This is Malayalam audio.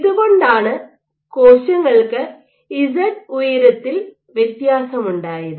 ഇതുകൊണ്ടാണ് കോശങ്ങൾക്ക് ഇസഡ് ഉയരത്തിൽ വ്യത്യാസമുണ്ടായത്